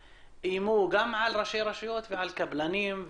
איימו גם על ראשי רשויות ועל קבלנים.